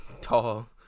tall